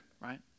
right